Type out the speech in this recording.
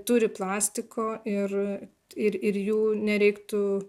turi plastiko ir ir ir jų nereiktų